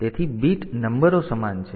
તેથી બીટ નંબરો સમાન છે